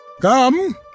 Come